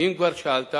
ואם כבר שאלת,